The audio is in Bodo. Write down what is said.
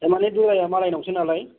ए माने दुराया मालायनावसो नालाय